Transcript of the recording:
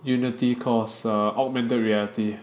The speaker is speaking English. unity course err augmented reality